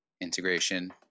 integration